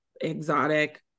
exotic